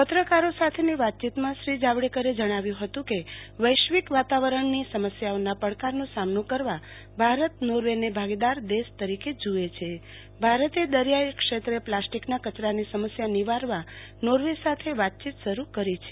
પત્રકારો સાથેની વાતચીતમાં શ્રી જાવડેકરે જણાવ્યુ હતું કે વૈશ્વિકવાતાવરણની સમસ્યાઓના પડકારનો સામનો કરવા ભારત નોર્વેને ભાગીદાર દેશ તરીકે જુવે છે ભારતે દરિયાઈ ક્ષેત્રે પ્લાસ્ટીકના કચરાની સમસ્યા નિવારવા નોર્વે સાથે વાતચીત શરૂ કરી છે